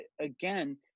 again